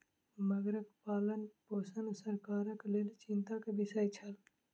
मगरक पालनपोषण सरकारक लेल चिंता के विषय छल